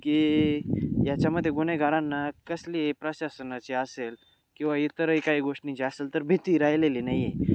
की याच्यामध्ये गुन्हेगारांना कसली प्रशासनाची असेल किंवा इतरही काही गोष्टींची असेल तर भीती राहिलेली नाही आहे